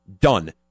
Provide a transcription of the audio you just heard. done